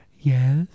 Yes